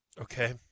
Okay